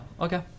Okay